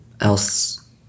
else